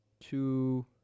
two